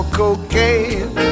cocaine